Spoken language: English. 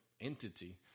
entity